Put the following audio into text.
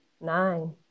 Nine